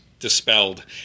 Dispelled